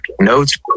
Notes